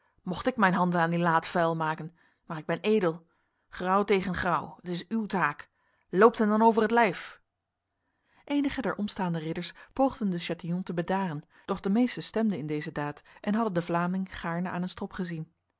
mocht ik mijn handen aan die laat vuil maken maar ik ben edel grauw tegen grauw het is uw taak loopt hem dan over t lijf enige der omstaande ridders poogden de chatillon te bedaren doch de meesten stemden in deze daad en hadden de vlaming gaarne aan een strop gezien